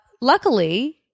Luckily